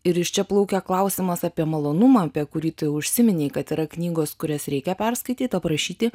ir iš čia plaukia klausimas apie malonumą apie kurį tu užsiminei kad yra knygos kurias reikia perskaityt aprašyti